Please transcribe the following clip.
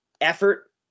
effort